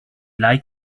like